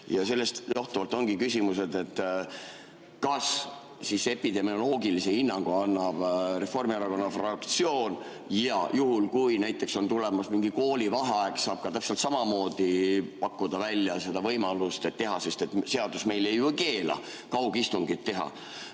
Sellest johtuvalt ongi küsimused. Kas siis epidemioloogilise hinnangu annab Reformierakonna fraktsioon? Ja juhul, kui näiteks on tulemas mingi koolivaheaeg, saab täpselt samamoodi pakkuda välja seda võimalust, sest seadus meil ju ei keela kaugistungeid teha.